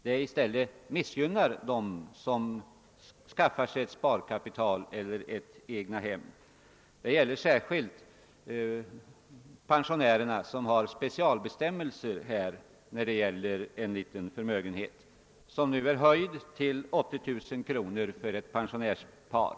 Det missgynnar i stället dem som skaffar sig ett sparkapital eller ett egethem. Det gäller särskilt pensionärer, för vilka specialbestämmelser gäller, när de har en liten förmögenhet, som nu är höjd till 80 000 kr. för ett pensionärspar.